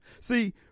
See